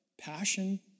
passion